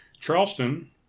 Charleston